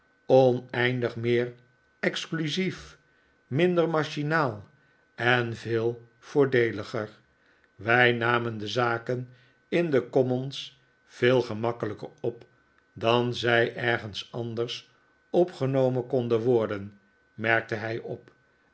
oneindig meer exclusief minder machinaal en veel voordeeliger wij namen de zaken in de commons veel gemakkelijker op dan zij ergens anders opgenomen konden worden merkte hij op